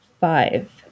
Five